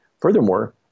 Furthermore